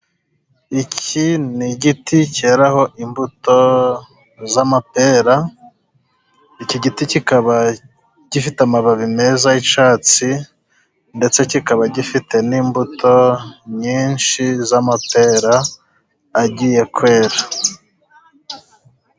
Iki ni igiti keraraho imbuto z'amapera, iki giti kikaba gifite amababi meza y'icyatsi ,ndetse kikaba gifite n'imbuto nyinshi z'amapera agiye kwera.